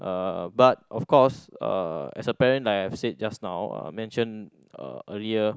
uh but of course uh as a parent like I've said just now uh mention uh earlier